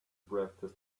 breathed